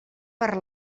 per